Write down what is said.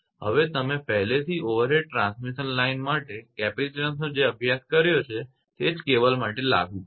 હવે તમે પહેલેથી ઓવરહેડ ટ્રાન્સમિશન લાઇન માટે કેપેસિટીન્સનો જે અભ્યાસ કર્યો છે તે જ તમે કેબલ માટે લાગુ કરો છે